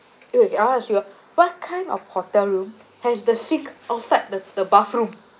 !ew! ya she was what kind of hotel room has the sink outside the the bathroom